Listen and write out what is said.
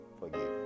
forgive